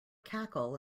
cackle